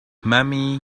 mommy